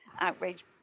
outrage